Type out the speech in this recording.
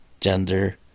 gender